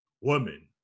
women